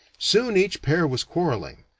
soon each pair was quarreling.